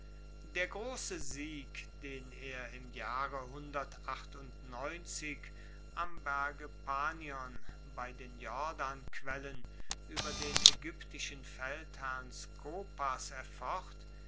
der grosse sieg den er im jahre am berge panion bei den jordanquellen ueber den aegyptischen feldherrn skopas erfocht